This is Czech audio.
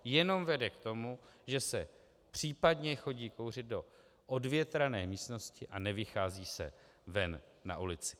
Jenom vede k tomu, že se případně chodí kouřit do odvětrané místnosti a nevychází se ven na ulici.